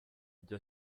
ibyo